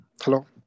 hello